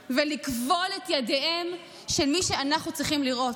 ולכבול את ידיהם של מי שאנחנו צריכים לראות.